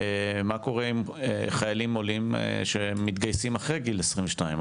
מה קורה עם חיילים עולים שמתגייסים אחרי גיל 22?